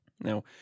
Now